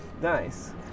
Nice